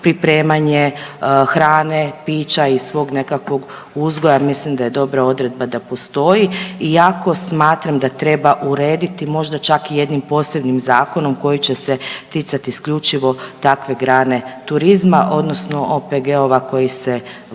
pripremanje hrane, pića iz svog nekakvog uzgoja jer mislim da je dobra odredba da postoji iako smatram da treba urediti možda čak i jednim posebnim zakonom koji će se ticati isključivo takve grane turizma odnosno OPG-ova koji se bave